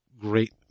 great